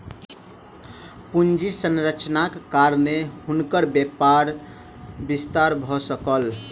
पूंजी संरचनाक कारणेँ हुनकर व्यापारक विस्तार भ सकल